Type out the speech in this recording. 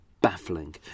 Baffling